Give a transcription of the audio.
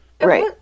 Right